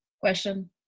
Question